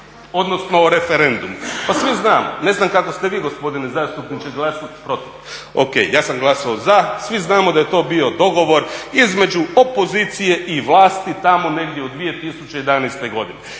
odnosno o referendumu. Pa svi znamo, ne znam kako ste vi gospodine zastupniče glasali? Protiv? Ok, ja sam glasao za. Svi znamo da je to bio dogovor između opozicije i vlasti tamo negdje u 2011. godini.